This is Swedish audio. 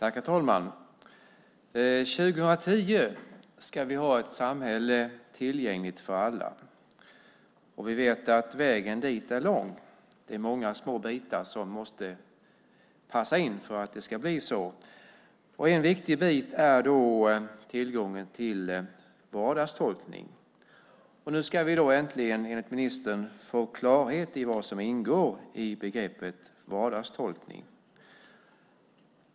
Herr talman! År 2010 ska vi ha ett samhälle tillgängligt för alla. Vi vet att vägen dit är lång. Det är många små bitar som måste passa in för att det ska bli så. En viktig bit är tillgången till vardagstolkning. Nu ska vi äntligen, enligt ministern, få klarhet i vad som ingår i begreppet vardagstolkning.